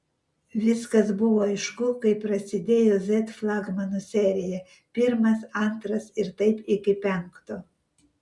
viskas buvo aišku kai prasidėjo z flagmanų serija pirmas antras ir taip iki penkto